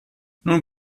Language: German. nun